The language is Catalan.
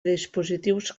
dispositius